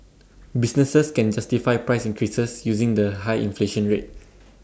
businesses can justify price increases using the high inflation rate